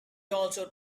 also